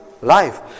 life